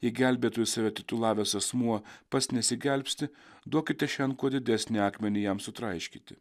į gelbėtojus save titulavęs asmuo pats nesigelbsti duokite šen kuo didesnį akmenį jam sutraiškyti